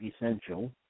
essential